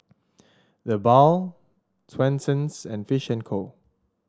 TheBalm Swensens and Fish and Co